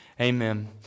amen